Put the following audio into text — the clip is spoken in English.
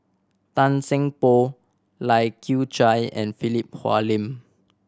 Tan Seng Poh Lai Kew Chai and Philip Hoalim